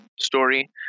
story